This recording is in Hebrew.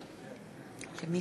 לוי